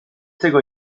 tego